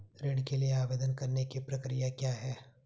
ऋण के लिए आवेदन करने की प्रक्रिया क्या है?